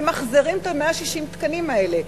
ממחזרים את 160 התקנים האלה.